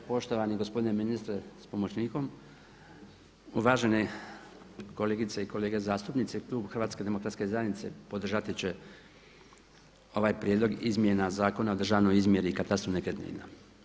Poštovani gospodine ministre s pomoćnikom, uvažene kolegice i kolege zastupnici, Klub Hrvatske demokratske zajednice podržat će ovaj prijedlog izmjena Zakona o državnoj izmjeri u katastru nekretnina.